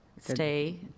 stay